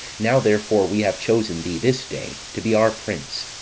now, therefore, we have chosen thee this day to be our prince,